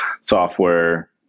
software